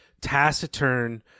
taciturn